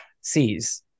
sees